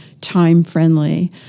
time-friendly